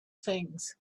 things